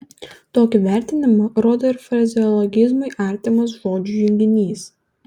tokį vertinimą rodo ir frazeologizmui artimas žodžių junginys